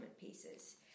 pieces